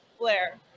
Blair